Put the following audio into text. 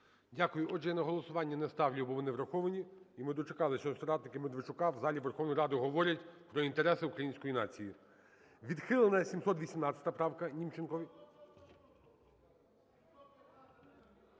Дякую. Отже, я на голосування не ставлю, бо вони враховані. І ми дочекались, що соратники Медведчука в залі Верховної Ради говорять про інтереси української нації. Відхилена 718 правка Німченко.